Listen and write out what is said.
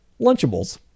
Lunchables